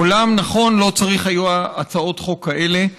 בעולם נכון לא צריך היה הצעות חוק כאלה,